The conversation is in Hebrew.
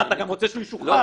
אה, אתה גם רוצה שהוא ישוחרר?